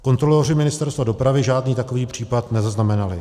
Kontroloři Ministerstva dopravy žádný takový případ nezaznamenali.